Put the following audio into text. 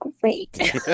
great